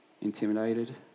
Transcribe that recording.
Intimidated